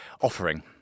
offering